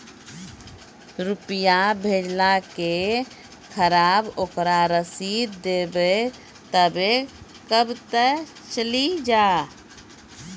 रुपिया भेजाला के खराब ओकरा रसीद देबे तबे कब ते चली जा?